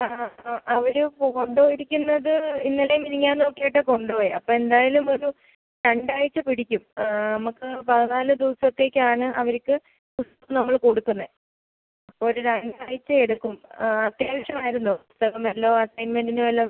ആ ആ അവര് കൊണ്ടുപോയിരിക്കുന്നത് ഇന്നലെയും മിനിങ്ങാന്നും ഒക്കെ ആയിട്ടാണ് കൊണ്ടുപോയത് അപ്പോൾ എന്തായാലും ഒരു രണ്ടാഴ്ച പിടിക്കും നമുക്ക് പതിനാല് ദിവസത്തേക്കാണ് അവർക്ക് ബുക്ക് നമ്മള് കൊടുക്കുന്നത് അപ്പോൾ അവര് രണ്ട് ആഴ്ച എടുക്കും അത്യാവശ്യവായിരുന്നോ പുസ്തകം വല്ല അസൈൻമെൻറ്റിന് വല്ല